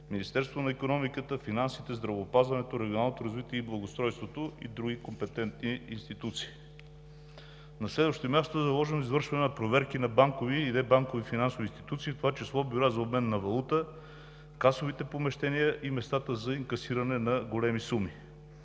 министерствата на икономиката, на финансите, на здравеопазването, на регионалното развитие и благоустройството и други компетентни институции. На следващо място, заложено е извършване на проверки на банкови и небанкови финансови институции, в това число бюра за обмен на валута, касовите помещения и местата за инкасиране на големи суми.